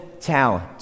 talent